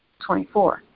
24